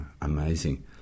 amazing